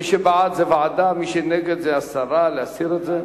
מי שבעד זה ועדה, מי שנגד זה הסרה, להסיר את זה.